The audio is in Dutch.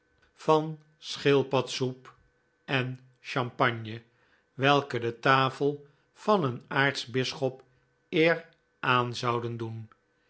van schildpadsoep en champagne welke de tafel van een aartsbisschop eer aan zouden doen